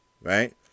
right